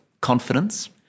confidence